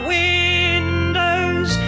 windows